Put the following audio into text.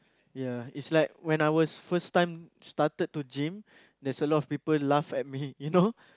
ya is like when I was first time started to gym there's a lot of people laugh at me you know